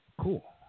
Cool